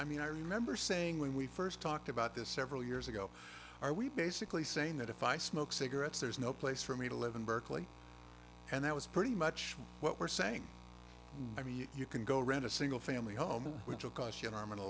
i mean i remember saying when we first talked about this several years ago are we basically saying that if i smoke cigarettes there's no place for me to live in berkeley and that was pretty much what we're saying i mean you can go rent a single family home which will cost you an arm and a